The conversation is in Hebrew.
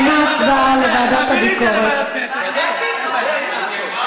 הציע ועדת, היא אמרה ועדת הכנסת.